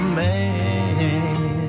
man